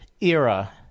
era